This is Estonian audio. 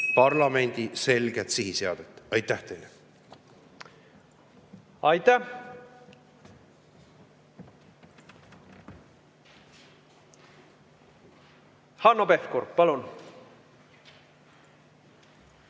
parlamendi selget sihiseadet. Aitäh teile! Aitäh! Hanno Pevkur, palun!